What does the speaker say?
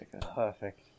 perfect